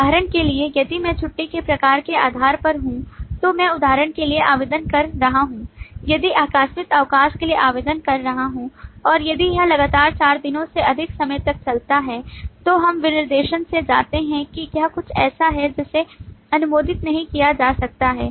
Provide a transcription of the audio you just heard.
उदाहरण के लिए यदि मैं छुट्टी के प्रकार के आधार पर हूं तो मैं उदाहरण के लिए आवेदन कर रहा हूं यदि आकस्मिक अवकाश के लिए आवेदन कर रहा हूं और यदि यह लगातार 4 दिनों से अधिक समय तक चलता है तो हम विनिर्देश से जानते हैं कि यह कुछ ऐसा है जिसे अनुमोदित नहीं किया जा सकता है